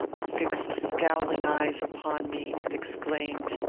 fixed scowling eyes upon me, and exclaimed,